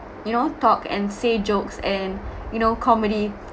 you know talk and say jokes and you know comedy